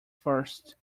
first